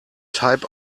type